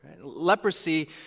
Leprosy